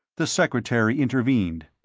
the secretary intervened.